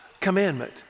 commandment